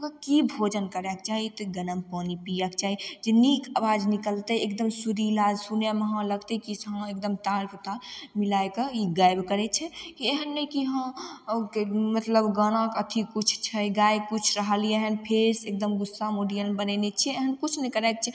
की भोजन करयके चाही तऽ गरम पानि पिबयके चाही जे नीक आवाज निकलतइ एकदम सुरीला जे सुनयमे हँ लगतइ कि हँ से एकदम ताल सँ ताल मिलाइके ई गाबि करय छै एहन नहि कि हँ ओइके मतलब गानाके अथी किछु छै गा किछु रहलियै हइ फेस एकदम गुस्सा मुडीयल बनेने छियै एहन किछु नहि करयके छै